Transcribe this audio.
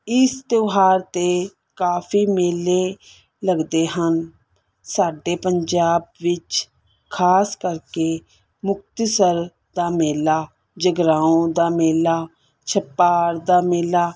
ਇਸ ਤਿਉਹਾਰ 'ਤੇ ਕਾਫੀ ਮੇਲੇ ਲੱਗਦੇ ਹਨ ਸਾਡੇ ਪੰਜਾਬ ਵਿੱਚ ਖਾਸ ਕਰਕੇ ਮੁਕਤਸਰ ਦਾ ਮੇਲਾ ਜਗਰਾਉਂ ਦਾ ਮੇਲਾ ਛਪਾਰ ਦਾ ਮੇਲਾ